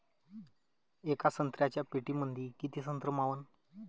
येका संत्र्याच्या पेटीमंदी किती संत्र मावन?